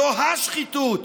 זו ה-שחיתות.